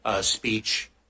speech